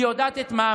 היא יודעת את מעמדה,